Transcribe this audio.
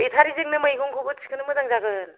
बेटारिजोंनो मैगंखौबो थिखोनो मोजां जागोन